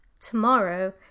Tomorrow